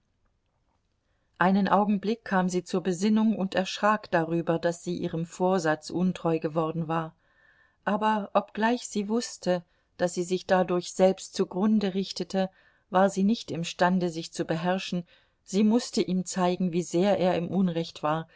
einen augenblick kam sie zur besinnung und erschrak darüber daß sie ihrem vorsatz untreu geworden war aber obgleich sie wußte daß sie sich dadurch selbst zugrunde richtete war sie nicht imstande sich zu beherrschen sie mußte ihm zeigen wie sehr er im unrecht war